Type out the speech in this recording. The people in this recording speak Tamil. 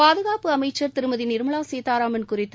பாதுகாப்பு அமைச்ச் திருமதி நிர்மலா சீதாராமன் குறித்து